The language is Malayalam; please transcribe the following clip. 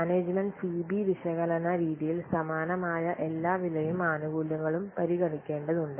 മാനേജ്മെൻറ് തുല്യമായി സി ബി വിശകലന രീതിയിൽ സമാനമായ എല്ലാ വിലയും ആനുകൂല്യങ്ങളും പരിഗണിക്കേണ്ടതുണ്ട്